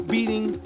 Beating